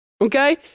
Okay